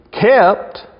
kept